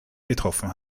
getroffen